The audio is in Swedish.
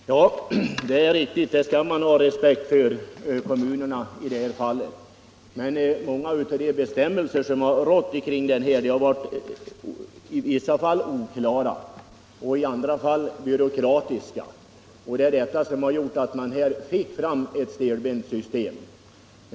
Herr talman! Det är riktigt att man skall ha respekt för kommunerna i detta fall. Men många av de bestämmelser som gällt på området har varit i vissa fall oklara och i andra fall byråkratiska, och det är det som gjort att man fått ett stelbent system.